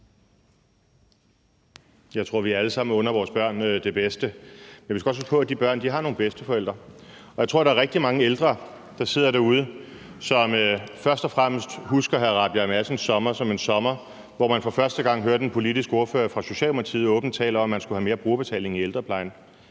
(DF): Jeg tror, vi alle sammen under vores børn det bedste, men vi skal også huske på, at de børn har nogle bedsteforældre. Og jeg tror, der er rigtig mange ældre, der sidder derude, som først og fremmest husker hr. Christian Rabjerg Madsens sommer som en sommer, hvor man for første gang hørte en politisk ordfører fra Socialdemokratiet tale åbent om, at man skulle have mere brugerbetaling i ældreplejen.